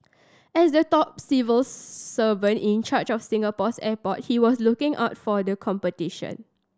as the top civil servant in charge of Singapore's airport he was looking out for the competition